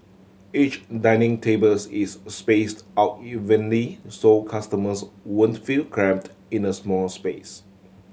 each dining tables is spaced out evenly so customers won't feel cramped in a small space